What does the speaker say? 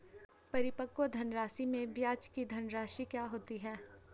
परिपक्व धनराशि में ब्याज की धनराशि क्या होती है?